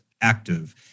active